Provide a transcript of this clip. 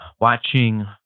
watching